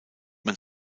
man